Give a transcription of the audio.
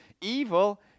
evil